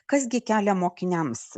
kas gi kelia mokiniams